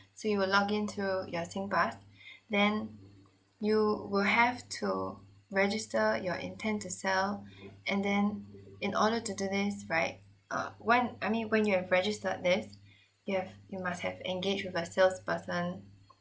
so you will login through your singpass then you will have to register your intent to sell and then in order to do this right uh when I mean when you have registered this you have you must have engaged with a sales person